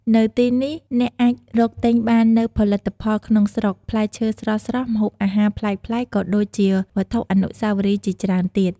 នៅទីនេះ អ្នកអាចរកទិញបាននូវផលិតផលក្នុងស្រុក ផ្លែឈើស្រស់ៗ ម្ហូបអាហារប្លែកៗ ក៏ដូចជាវត្ថុអនុស្សាវរីយ៍ជាច្រើនទៀត។